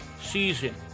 season